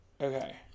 Okay